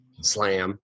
slam